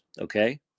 Okay